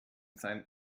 sein